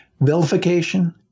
vilification